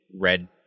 red